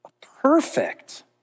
perfect